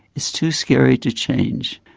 it's too scary to change.